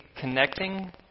connecting